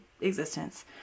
existence